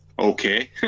okay